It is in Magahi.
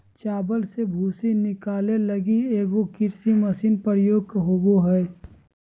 चावल से भूसी निकाले लगी एगो कृषि मशीन प्रयोग होबो हइ